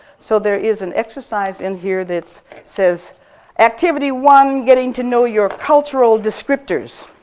so there is an exercise in here that says activity one, getting to know your cultural descriptors